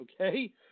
Okay